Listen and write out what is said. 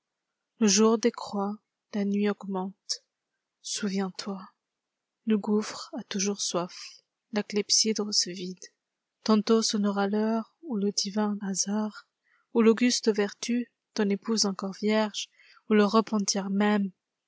le jour décroît la nuit augmente souviens toile gouffre a toujours soif la clepsydre se vide tantôt sonnera l'heure où le divin hasard où tauguste vertu ton épouse encor vierge où le repentir même